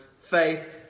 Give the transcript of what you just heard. faith